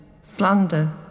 slander